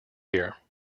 here